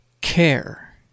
care